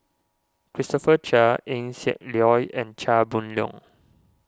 Christopher Chia Eng Siak Loy and Chia Boon Leong